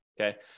okay